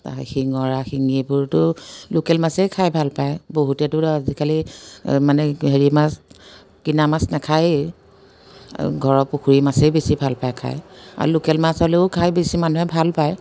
তা শিঙৰা শিঙিবোৰটো লোকেল মাছেই খাই ভাল পায় বহুতেটো আজিকালি মানে হেৰি মাছ কিনা মাছ নাখাইয়ে আৰু ঘৰৰ পুখুৰীৰ মাছেই বেছি ভাল পায় খাই আৰু লোকেল মাছ হ'লেও খাই বেছি মানুহে ভাল পায়